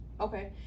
Okay